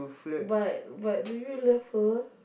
but but do you love her